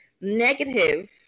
negative